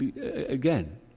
again